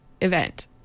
event